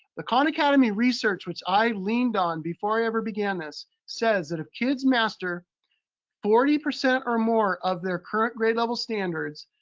the khan academy research which i leaned on before i ever began this, says that if kids master forty percent or more of their current grade level standards,